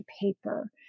paper